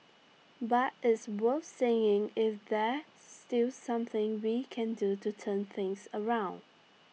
but it's worth saying if that still something we can do to turn things around